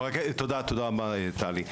תודה רבה טלי.